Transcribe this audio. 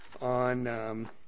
on